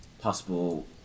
possible